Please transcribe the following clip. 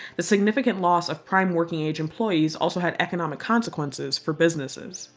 the significant loss of prime working-age employees also had economic consequences for businesses.